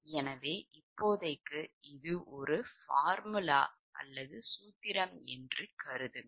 எனவே இப்போதைக்கு இது ஒரு சூத்திரம் என்று கருதுங்கள்